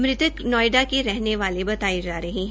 मृतक नोएडा के रहने वाले बताये जा रहे है